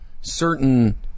certain